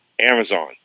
Amazon